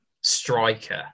striker